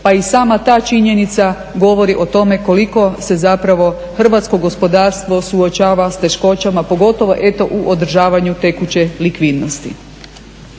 pa i sama ta činjenica govori o tome koliko se zapravo hrvatsko gospodarstvo suočava s teškoćama, pogotovo eto u održavanju tekuće likvidnosti.